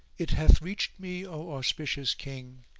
it hath reached me, o auspicious king,